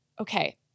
okay